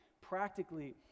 practically